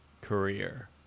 career